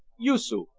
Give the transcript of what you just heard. yoosoof,